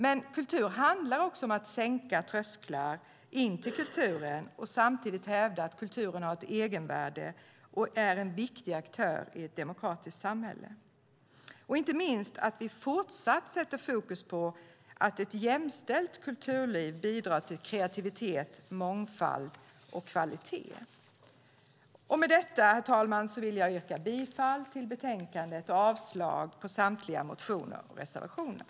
Men kultur handlar också om att sänka trösklar in till kulturen och att samtidigt hävda att kulturen har ett egenvärde och är en viktig aktör i ett demokratiskt samhälle. Inte minst måste vi fortsatt sätta fokus på att ett jämställt kulturliv bidrar till kreativitet, mångfald och kvalitet. Herr talman! Jag yrkar bifall till förslaget i betänkandet och avslag på samtliga motioner och reservationer.